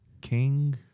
King